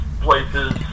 places